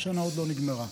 והשנה עוד לא נגמרה.